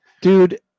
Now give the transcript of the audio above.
dude